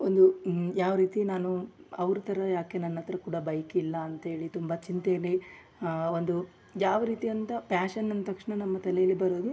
ಒಂದು ಯಾವ ರೀತಿ ನಾನು ಅವ್ರ ಥರ ಯಾಕೆ ನನ್ನ ಹತ್ರ ಕೂಡ ಬೈಕಿಲ್ಲ ಅಂತೇಳಿ ತುಂಬಾ ಚಿಂತೇಲಿ ಒಂದು ಯಾವ ರೀತಿ ಅಂತ ಫ್ಯಾಶನ್ ಅಂದ ತಕ್ಷಣ ನಮ್ಮ ತಲೆಯಲಿ ಬರುವುದು